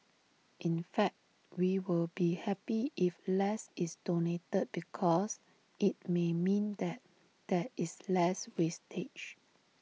in fact we will be happy if less is donated because IT may mean that there is less wastage